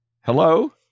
Hello